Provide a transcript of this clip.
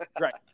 Right